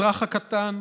הוא משרת את האזרח הקטן,